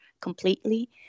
completely